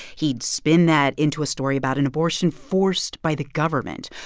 he'd spin that into a story about an abortion forced by the government.